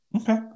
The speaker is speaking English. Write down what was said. Okay